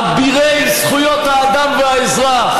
אבירי זכויות האדם והאזרח?